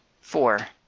four